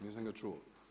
Nisam ga čuo.